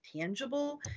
tangible